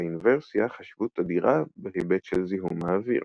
לאינוורסיה חשיבות אדירה בהיבט של זיהום האוויר.